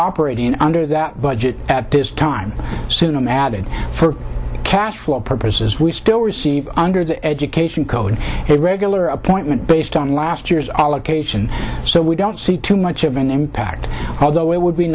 operating under that budget at this time soon i'm added for cashflow purposes we still receive under the education code a regular appointment based on last year's allocation so we don't see too much of an impact although it would be